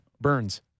Burns